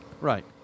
right